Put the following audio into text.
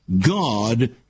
God